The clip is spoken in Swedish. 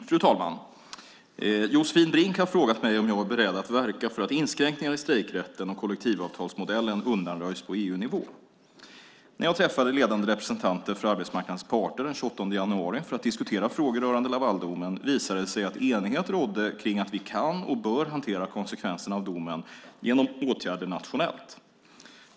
Fru talman! Josefin Brink har frågat mig om jag är beredd att verka för att inskränkningar i strejkrätten och kollektivavtalsmodellen undanröjs på EU-nivå. När jag träffade ledande representanter för arbetsmarknadens parter den 28 januari för att diskutera frågor rörande Lavaldomen visade det sig att enighet rådde kring att vi kan och bör hantera konsekvenserna av domen genom åtgärder nationellt.